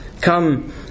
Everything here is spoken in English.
Come